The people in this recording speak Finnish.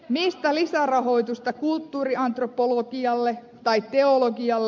mistä lisärahoitusta kulttuuriantropologialle tai teologialle